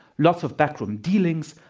lots of backroom dealings,